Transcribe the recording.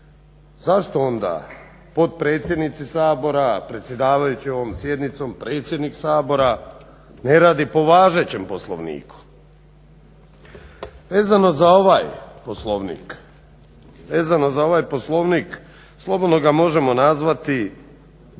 zašto onda potpredsjednici Sabora, predsjedavajući ovom sjednicom, predsjednik Sabora ne radi po važećem Poslovniku. Vezano za ovaj Poslovnik slobodno ga možemo nazvati,